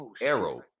arrow